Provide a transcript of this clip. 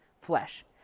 flesh